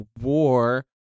war